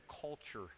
culture